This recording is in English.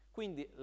Quindi